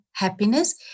happiness